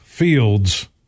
Fields